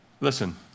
Listen